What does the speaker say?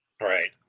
Right